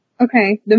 Okay